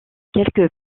quelques